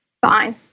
fine